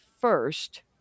first